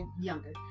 younger